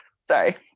sorry